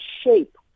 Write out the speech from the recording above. shape